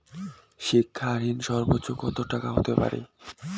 শিক্ষা ঋণ সর্বোচ্চ কত টাকার হতে পারে?